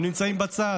הם נמצאים בצד,